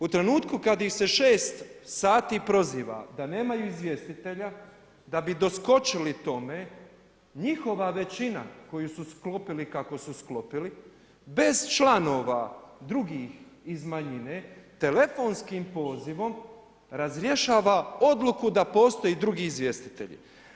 U trenutku kada ih se šest sati proziva da nemaju izvjestitelja, da bi doskočili tome njihova većina koju su sklopili kako su sklopili bez članova drugih iz manjine telefonskim pozivom razrješava odluku da postoje drugi izvjestitelji.